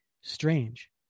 Strange